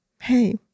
hey